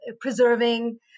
preserving